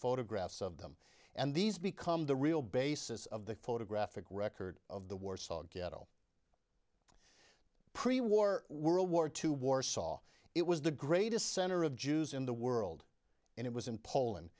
photographs of them and these become the real basis of the photographic record of the warsaw ghetto pre war world war two warsaw it was the greatest center of jews in the world and it was in poland